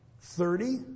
thirty